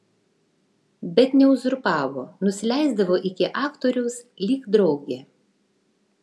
bet neuzurpavo nusileisdavo iki aktoriaus lyg draugė